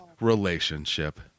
relationship